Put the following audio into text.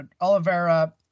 Oliveira